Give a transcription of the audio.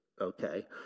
okay